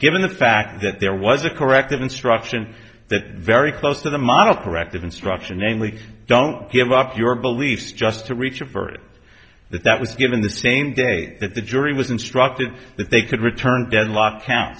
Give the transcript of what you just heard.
given the fact that there was a corrective instruction that very close to the model corrective instruction namely don't give up your beliefs just to reach a verdict that that was given the same day that the jury was instructed that they could return deadlock